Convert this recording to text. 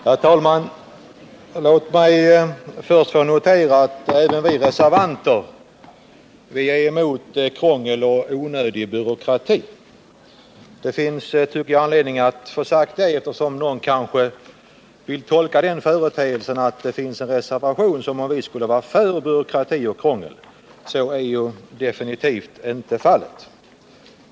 Herr talman! Låt mig först få notera att även vi reservanter är emot krångel och onödig byråkrati. Det finns anledning att få detta sagt, eftersom någon kanske vill tolka den företeelsen att det finns reservanter som att vi skulle vara för byråkrati och krångel. Så är definitivt inte fallet.